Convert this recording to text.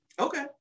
okay